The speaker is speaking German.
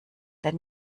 dann